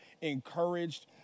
encouraged